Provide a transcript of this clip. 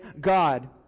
God